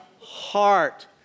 heart